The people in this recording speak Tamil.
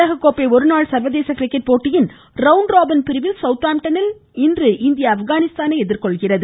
உலக கோப்பை ஒருநாள் சர்வதேச கிரிக்கெட் போட்டியின் ரவுண்ட் ராபின் பிரிவில் சவுத்ஆம்டனில் இன்று இந்தியா ஆப்கானிஸ்தானை எதிர்கொள்கிறது